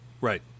Right